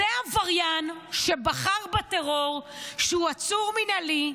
זה עבריין שבחר בטרור, הוא עצור מינהלי,